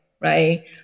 right